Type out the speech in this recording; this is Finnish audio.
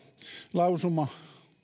lausuma